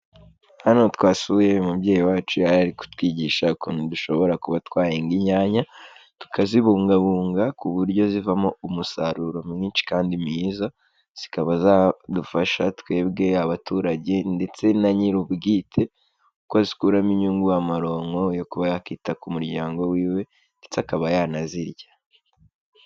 Hano twasuyeu mubyeyi wacu yari ari kutwigisha ukuntu dushobora kuba twahinga inyanya, tukazibungabunga ku buryo zivamo umusaruro mwinshi kandi mwiza, zikaba zadufasha twebwe abaturage, ndetse na nyir'ubwite, kuko azikuramo inyungu, amaronko yo kuba yakita ku muryango wiwe, ndetse akaba yanazirya.